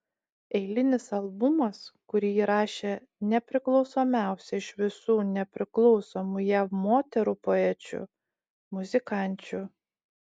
eilinis albumas kurį įrašė nepriklausomiausia iš visų nepriklausomų jav moterų poečių muzikančių